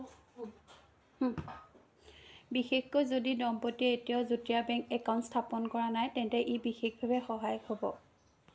বিশেষকৈ যদি দম্পতীয়ে এতিয়াও যুটীয়া বেংক একাউণ্ট স্থাপন কৰা নাই তেন্তে ই বিশেষভাৱে সহায়ক হ'ব